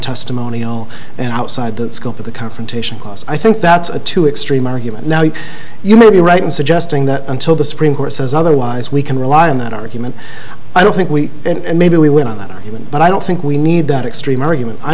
testimonial and outside the scope of the confrontation clause i think that's a too extreme argument now you may be right in suggesting that until the supreme court says otherwise we can rely on that argument i don't think we maybe we win that argument but i don't think we need that extreme argument i